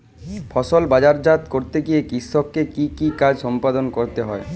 ফসল বাজারজাত করতে গিয়ে কৃষককে কি কি কাজ সম্পাদন করতে হয়?